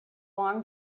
long